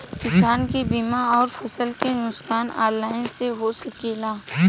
किसान के बीमा अउर फसल के नुकसान ऑनलाइन से हो सकेला?